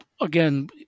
again